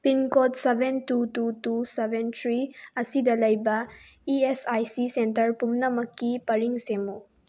pin code seven two two two seven three ꯑꯁꯤꯗ ꯂꯩꯕ E S I C centre ꯄꯨꯝꯅꯃꯛꯀꯤ ꯄꯔꯤꯡ ꯁꯦꯝꯃꯨ